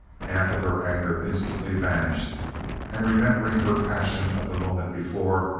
half of her anger instantly vanished and remembering her passion of the moment before,